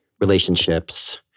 relationships